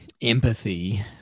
empathy